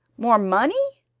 more money?